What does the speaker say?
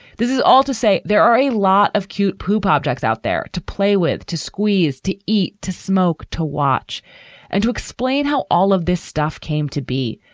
this is all to say. there are a lot of cute poop objects out there to play with. to squeeze, to eat, to smoke, to watch and to explain how all of this stuff came to be.